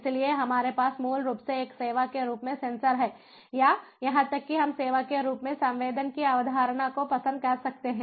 इसलिए हमारे पास मूल रूप से एक सेवा के रूप में सेंसर हैं या यहां तक कि हम सेवा के रूप में संवेदन की अवधारणा को पसंद कर सकते हैं